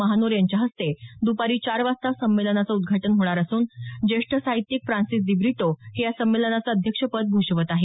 महानोर यांच्या हस्ते दुपारी चार वाजता संमेलनाचं उदघाटन होणार असून ज्येष्ठ साहित्यिक फ्रान्सिस दिब्रिटो हे या संमेलनाचं अध्यक्षपद भूषवत आहेत